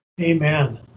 Amen